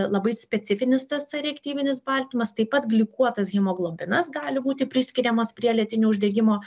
labai specifinis tas c reaktyvinis baltymas taip pat glikuotas hemoglobinas gali būti priskiriamas prie lėtinio uždegimo